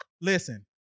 listen